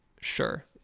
sure